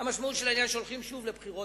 המשמעות של העניין היא שהולכים שוב לבחירות.